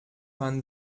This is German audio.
man